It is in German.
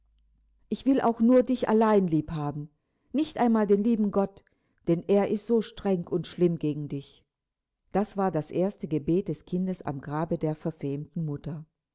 ich will auch nur dich allein lieb haben nicht einmal den lieben gott denn er ist so streng und schlimm gegen dich das war das erste gebet des kindes am grabe der verfemten mutter